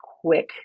quick